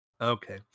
Okay